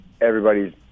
everybody's